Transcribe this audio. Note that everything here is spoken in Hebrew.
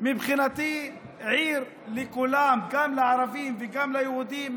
מבחינתי עיר לכולם, גם לערבים וגם ליהודים.